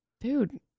Dude